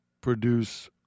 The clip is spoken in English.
produce